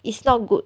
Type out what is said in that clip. it's not good